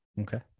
Okay